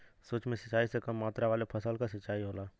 सूक्ष्म सिंचाई से कम मात्रा वाले फसल क सिंचाई होला